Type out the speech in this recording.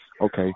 okay